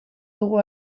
dugu